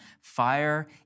fire